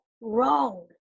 wrong